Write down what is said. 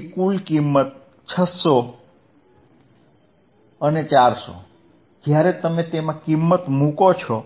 તેથી કુલ કિંમત છે 600 અને 400 જ્યારે તમે તેમાં કિંમત મુકો છો